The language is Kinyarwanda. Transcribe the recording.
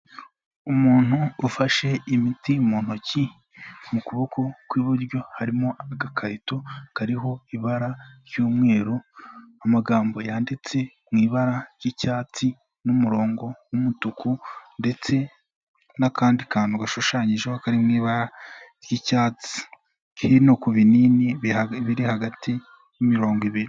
Umuntu ufashe imiti mu ntoki, mu kuboko kw'iburyo harimo agakarito kariho ibara ry'umweru, amagambo yanditse mu ibara ry'icyatsi n'umurongo w'umutuku ndetse n'akandi kantu gashushanyijeho kari mu ibara ry'icyatsi, hino ku binini biri hagati y'imirongo ibiri.